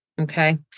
okay